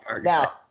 Now